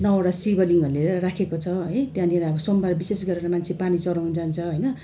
नौवटा शिवलिङ्ग लिएर राखेको छ है त्यहाँनिर अब सोमबार विशेष गरेर मान्छे पानी चढाउन जान्छ होइन